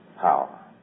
power